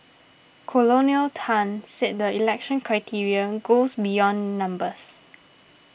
Colonel Tan said the selection criteria goes beyond numbers